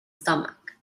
stomach